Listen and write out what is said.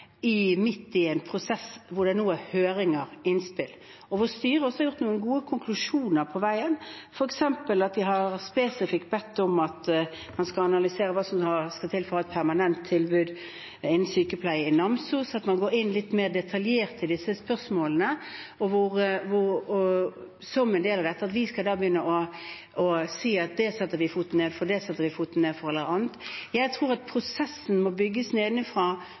midt i en prosess, hvor det nå er høringer og innspill, og hvor styret også har gjort noen gode konklusjoner på veien – f.eks. at de spesifikt har bedt om at man skal analysere hva som skal til for å ha et permanent tilbud innen sykepleie i Namsos, at man går inn litt mer detaljert i disse spørsmålene som en del av dette – begynner å si at det setter vi foten ned for, det setter vi foten ned for, eller annet. Jeg tror prosessen må bygges